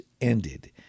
ended